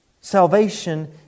Salvation